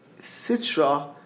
Sitra